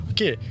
Okay